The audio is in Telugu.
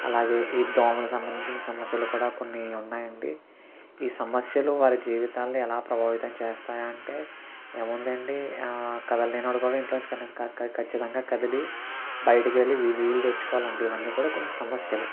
అలాగే ఈ దోమలు సంబంధించిన సమస్యలు కూడా కొన్ని ఉన్నాయి అండి ఈ సమస్యలు వారి జీవితాలని ఎలా ప్రభావితం చేస్తాయా అంటే ఏముంది అండి కదలలేనోడు కూడా క కనీ ఇంట్లో నుంచి ఖచ్చితంగా కదిలి బయటికు వెల్లి నీళ్ళు తెచ్చుకోవాలి అండి ఇవన్నీ కూడా కొన్ని సమస్యలు